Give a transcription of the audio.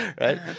right